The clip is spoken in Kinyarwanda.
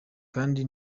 kandi